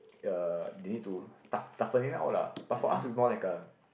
uh they need to toughen it out lah but for us it's more like a